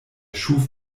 schuf